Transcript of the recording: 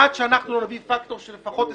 עד שאנחנו לא נביא פקטור של לפחות 20%,